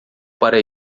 para